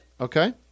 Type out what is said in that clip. Okay